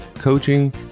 coaching